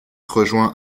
rejoint